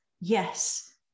Yes